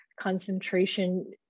Concentration